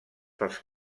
pels